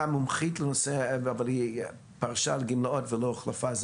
מומחית לנושא שפרשה לגמלאות ולא הוחלפה?